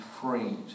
freed